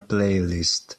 playlist